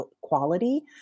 quality